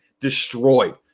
destroyed